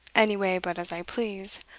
any way but as i please.